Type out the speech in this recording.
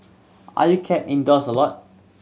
are you kept indoors a lot